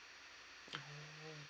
oh